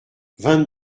vingt